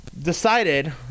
Decided